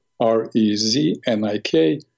r-e-z-n-i-k